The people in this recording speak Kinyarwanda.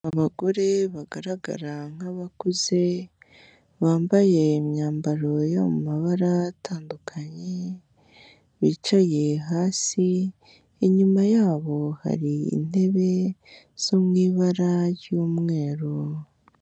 Abagore bagaragara nk'abakuze, bambaye imyambaro yo mu mabara atandukanye, bicaye hasi, inyuma yabo hari intebe zo mu ibara ry'umweru.